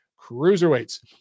cruiserweights